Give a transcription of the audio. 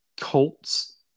Colts